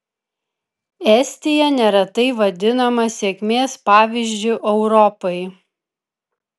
estija neretai vadinama sėkmės pavyzdžiu europai